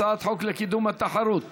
הצעת חוק לקידום התחרות,